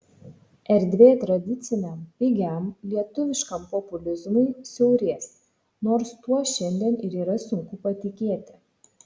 erdvė tradiciniam pigiam lietuviškam populizmui siaurės nors tuo šiandien ir yra sunku patikėti